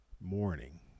morning